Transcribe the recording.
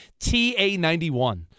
TA91